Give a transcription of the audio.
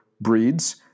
breeds